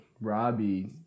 Robbie